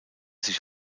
sich